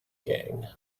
gang